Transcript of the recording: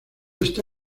está